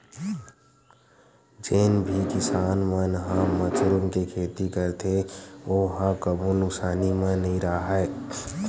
जेन भी किसान मन ह मसरूम के खेती करथे ओ ह कभू नुकसानी म नइ राहय